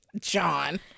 John